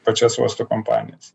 pačias uosto kompanijas